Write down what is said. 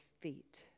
feet